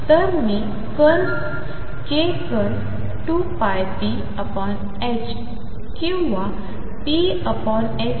तर मी k कण 2πph or p